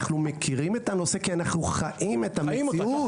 אנחנו מכירים את הנושא כי אנחנו חיים את המציאות.